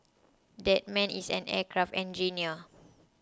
that man is an aircraft engineer